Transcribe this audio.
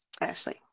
Ashley